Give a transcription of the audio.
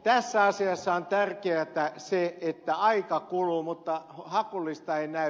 tässä asiassa on tärkeätä se että aika kuluu mutta hakulista ei näy